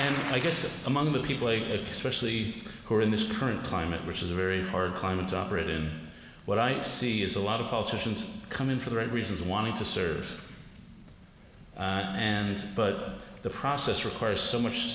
you i just among the people i specially who are in this current climate which is a very hard climate operative what i see is a lot of politicians come in for the right reasons of wanting to serve and but the process requires so much